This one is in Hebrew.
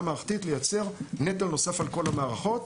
מערכתי לייצר נטל נוסף על כל המערכות,